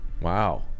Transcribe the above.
wow